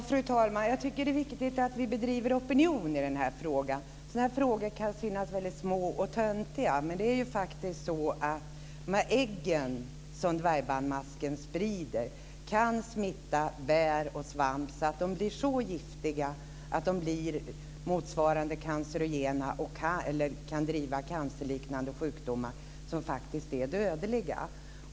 Fru talman! Jag tycker att det är viktigt att vi väcker opinion i denna fråga. Sådana här frågor kan synas väldigt små och töntiga, men de ägg som dvärgbandmasken sprider kan faktiskt smitta bär och svamp så att de blir så giftiga att de blir motsvarande cancerogena och kan ge cancerliknande sjukdomar, som faktiskt är dödliga.